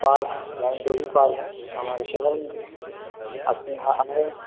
park یعنی جو بھی پارک ہمارے شہر میں ہے آپ کے یہاں آئے